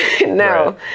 No